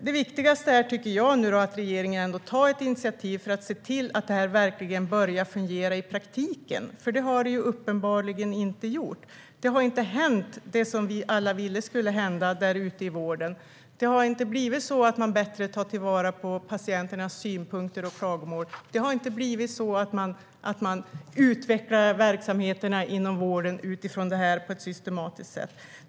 Det viktigaste tycker jag är att regeringen tar ett initiativ för att se till att det här verkligen börjar fungera i praktiken, för det har det uppenbarligen inte gjort. Det har inte hänt, det som vi alla ville skulle hända där ute i vården. Det har inte blivit så att man bättre tar vara på patienternas synpunkter och klagomål. Det har inte blivit så att man utvecklar verksamheterna inom vården utifrån detta på ett systematiskt sätt.